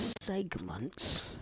segments